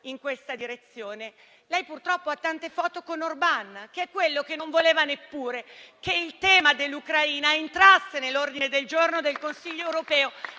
in questa direzione. Lei purtroppo ha tante foto con Orban, che è colui che non voleva neppure che il tema dell'Ucraina entrasse nell'ordine del giorno del Consiglio europeo